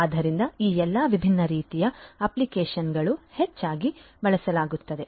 ಆದ್ದರಿಂದ ಈ ಎಲ್ಲಾ ವಿಭಿನ್ನ ರೀತಿಯ ಅಪ್ಲಿಕೇಶನ್ಗಳನ್ನು ಹೆಚ್ಚಾಗಿ ಬಳಸಲಾಗುತ್ತದೆ